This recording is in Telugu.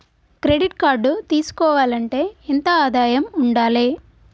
క్రెడిట్ కార్డు తీసుకోవాలంటే ఎంత ఆదాయం ఉండాలే?